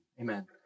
amen